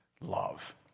love